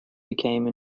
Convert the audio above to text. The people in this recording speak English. became